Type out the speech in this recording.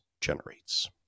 generates